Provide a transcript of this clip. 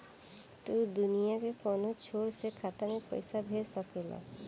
तू दुनिया के कौनो छोर से खाता में पईसा भेज सकेल